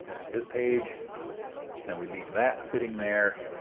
there's his page and we leave that sitting there